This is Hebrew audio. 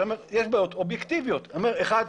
שם יש בעיות אובייקטיביות, אחת,